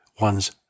ones